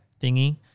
thingy